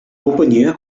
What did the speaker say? companyia